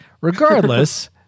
Regardless